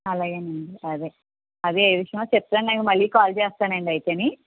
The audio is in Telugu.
అలాగేనండి అదే అదే ఏ విషయమో చెప్తే నేను మళ్ళి కాల్ చేస్తానండి అయితే